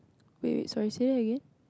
wait wait sorry say that again